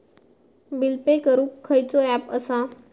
Bill pay करूक खैचो app असा?